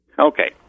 Okay